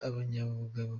akanyabugabo